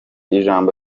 ijambo